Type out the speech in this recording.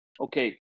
okay